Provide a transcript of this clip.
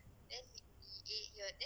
then you